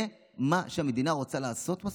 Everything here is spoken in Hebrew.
זה מה שהמדינה רוצה לעשות בסוף?